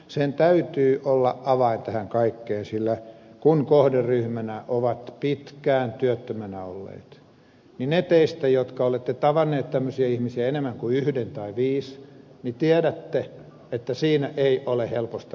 sen täytyy olla avain tähän kaikkeen sillä kun kohderyhmänä ovat pitkään työttömänä olleet niin ne teistä jotka olette tavanneet tämmöisiä ihmisiä enemmän kuin yhden tai viisi tiedätte että siinä ei ole helposta asiasta kysymys